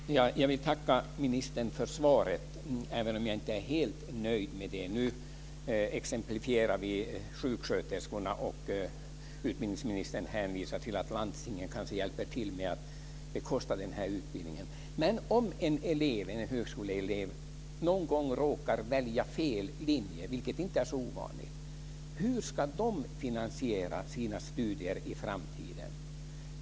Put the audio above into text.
Herr talman! Jag vill tacka ministern för svaret, även om jag inte är helt nöjd med det. Nu exemplifierar vi sjuksköterskorna, och utbildningsministern hänvisar till att landstingen kanske hjälper till att bekosta den här utbildningen. Men om en högskoleelev någon gång råkar välja fel linje, vilket inte är så ovanligt, hur ska han eller hon finansiera sina studier i framtiden?